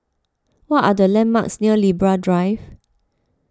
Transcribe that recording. what are the landmarks near Libra Drive